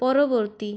পরবর্তী